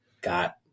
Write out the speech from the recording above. got